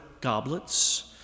goblets